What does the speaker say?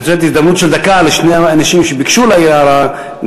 אני רוצה לתת הזדמנות של דקה לשני אנשים שביקשו להעיר הערה,